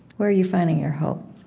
where are you finding your hope?